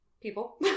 People